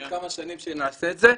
יש עוד כמה שנים שנעשה את זה.